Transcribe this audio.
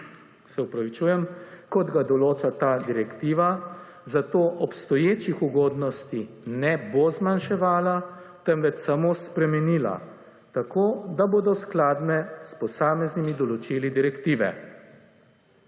(nadaljevanje) določa ta direktiva, zato obstoječih ugodnosti ne bo zmanjševala, temveč samo spremenila tako, da bodo skladne s posameznimi določili Direktive.